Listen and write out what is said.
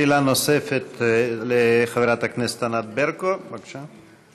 שאלה נוספת לחברת הכנסת ענת ברקו, בבקשה.